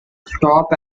stop